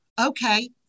okay